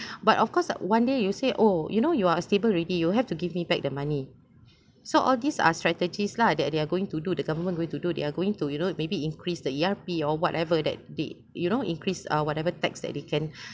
but of course one day you say oh you know you are stable already you have to give me back the money so all these are strategies lah that they are going to do the government going to do they're going to you know maybe increase the E_R_P or whatever that they you know increase uh whatever tax that they can